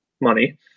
money